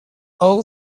all